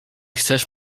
chcesz